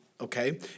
okay